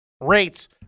rates